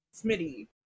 Smitty